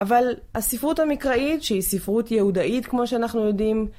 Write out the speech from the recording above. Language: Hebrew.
אבל הספרות המקראית, שהיא ספרות יהודאית, כמו שאנחנו יודעים,